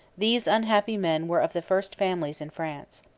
these unhappy men were of the first families in france.